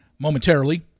momentarily